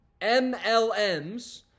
mlms